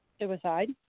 suicide